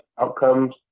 Outcomes